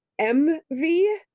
mv